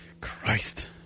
Christ